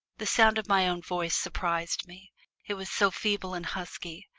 the sound of my own voice surprised me it was so feeble and husky,